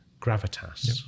gravitas